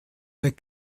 der